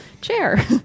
Chair